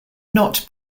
not